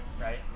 right